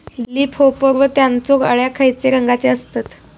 Leaf hopper व त्यानचो अळ्या खैचे रंगाचे असतत?